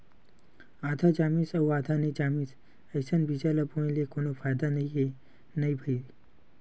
आधा जामिस अउ आधा नइ जामिस अइसन बीजा ल बोए ले कोनो फायदा नइ हे न भईर